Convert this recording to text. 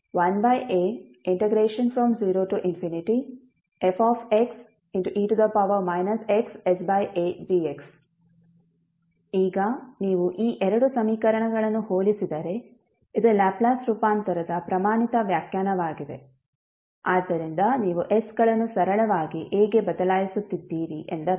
ಆದ್ದರಿಂದ Lf1a0fxe xsadx ಈಗ ನೀವು ಈ ಎರಡು ಸಮೀಕರಣಗಳನ್ನು ಹೋಲಿಸಿದರೆ ಇದು ಲ್ಯಾಪ್ಲೇಸ್ ರೂಪಾಂತರದ ಪ್ರಮಾಣಿತ ವ್ಯಾಖ್ಯಾನವಾಗಿದೆ ಆದ್ದರಿಂದ ನೀವು s ಗಳನ್ನು ಸರಳವಾಗಿ a ಗೆ ಬದಲಾಯಿಸುತ್ತಿದ್ದೀರಿ ಎಂದರ್ಥ